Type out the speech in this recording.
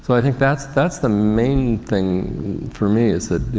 so i think that's, that's the main thing for me is that,